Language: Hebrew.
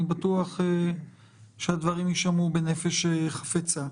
אני בטוח שהדברים יישמעו בנפש חפצה.